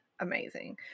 amazing